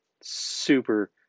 super